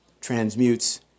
transmutes